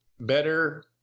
better